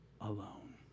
alone